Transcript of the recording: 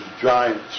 giants